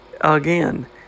Again